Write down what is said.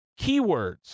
Keywords